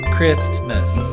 Christmas